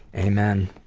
amen.